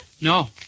No